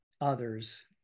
others